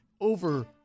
Over